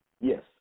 Yes